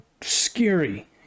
scary